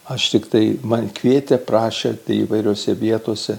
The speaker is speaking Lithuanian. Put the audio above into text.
aš tiktai man kvietė prašė įvairiose vietose